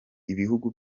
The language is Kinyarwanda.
ibihugu